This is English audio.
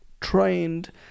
trained